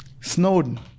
Snowden